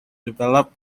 develop